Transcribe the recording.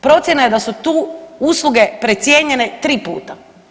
Procjena je da su tu usluge precijenjene tri puta.